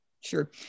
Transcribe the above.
Sure